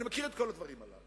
אני מכיר את כל הדברים האלה.